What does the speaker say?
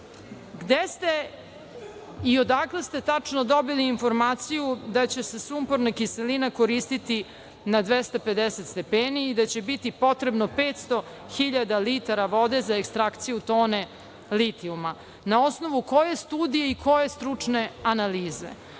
ste i odakle ste tačno dobili informaciju da će se sumporna kiselina koristiti na 250 stepeni i da će biti potrebno 500.000 litara vode za ekstrakciju tone litijuma? Na osnovu koje studije i koje stručne analize?